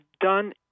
done